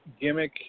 gimmick